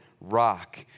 rock